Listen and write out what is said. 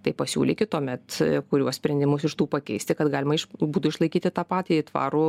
tai pasiūlykit tuomet kuriuos sprendimus iš tų pakeisti kad galima iš būtų išlaikyti tą patį tvarų